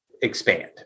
expand